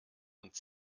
und